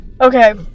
Okay